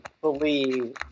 believe